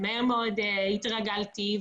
מהקצינה הישירה